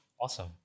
Awesome